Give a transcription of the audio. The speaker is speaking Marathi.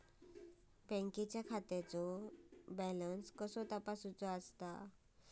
बँकेच्या खात्याचो कसो बॅलन्स तपासायचो?